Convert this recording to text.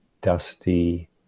dusty